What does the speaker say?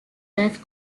birth